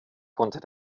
konnte